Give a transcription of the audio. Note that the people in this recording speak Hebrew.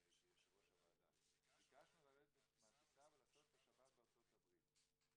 כיושב-ראש הוועדה ולעשות את השבת בארצות הברית.